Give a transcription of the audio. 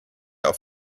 auf